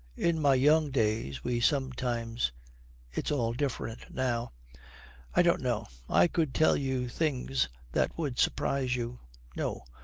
in my young days we sometimes it's all different now i don't know, i could tell you things that would surprise you no!